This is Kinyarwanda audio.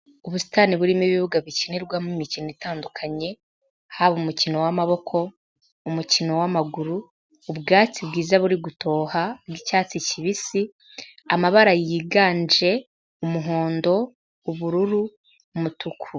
Ubusitani burimo ibibuga bikinirwamo imikino itandukanye, haba umukino w'amaboko, umukino w'amaguru, ubwatsi bwiza buri gutoha bw'icyatsi kibisi, amabara yiganje umuhondo, ubururu umutuku.